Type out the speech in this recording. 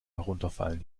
herunterfallen